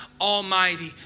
Almighty